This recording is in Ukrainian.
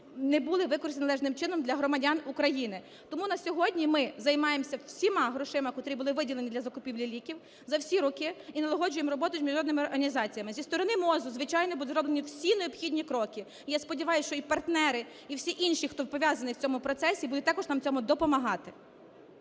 не були використані належним чином для громадян України. Тому на сьогодні ми займаємося всіма грошима, котрі були виділені для закупівлі ліків за всі роки, і налагоджуємо роботу з міжнародними організаціями. Зі сторони МОЗУ, звичайно, будуть зроблені всі необхідні кроки. І я сподіваюсь, що і партнери, і всі інші, хто пов'язані в цьому процесі, будуть також нам в цьому допомагати.